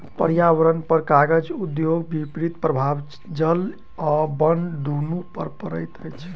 पर्यावरणपर कागज उद्योगक विपरीत प्रभाव जल आ बन दुनू पर पड़ैत अछि